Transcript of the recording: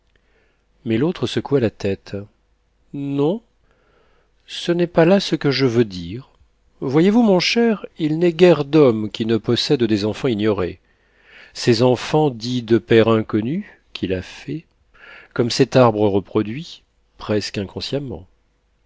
mais l'autre secoua la tête non ce n'est pas là ce que je veux dire voyez-vous mon cher il n'est guère d'homme qui ne possède des enfants ignorés ces enfants dits de père inconnu qu'il a faits comme cet arbre reproduit presque inconsciemment